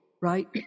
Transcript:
right